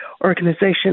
organization